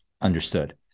understood